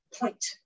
point